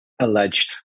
alleged